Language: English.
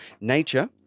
Nature